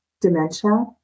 dementia